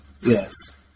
Yes